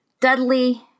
Dudley